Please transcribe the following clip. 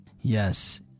Yes